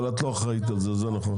אבל את לא אחראית על זה, זה נכון.